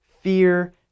Fear